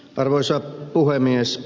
arvoisa puhemies